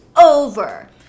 over